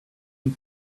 and